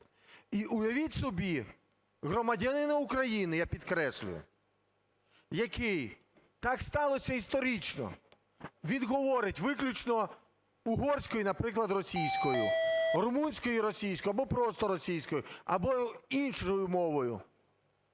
І уявіть собі громадянина України, я підкреслюю, який… так сталося історично, він говорить виключно угорською і, наприклад, російською, румунською і російською або просто російською, або іншою мовою,